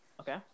Okay